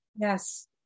Yes